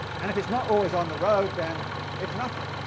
and if it's not always on the road, then it's nothing.